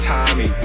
Tommy